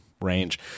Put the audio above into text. range